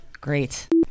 Great